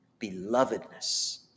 belovedness